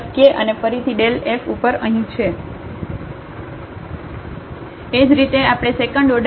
એ જ રીતે આપણે સેકન્ડ ઓર્ડરમાં ડેરિવેટિવ ગણતરી કરી શકીએ